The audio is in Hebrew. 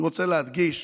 אני רוצה להדגיש